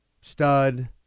stud